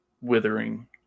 withering